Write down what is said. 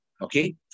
Okay